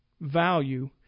value